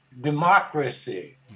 democracy